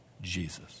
Jesus